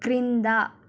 క్రింద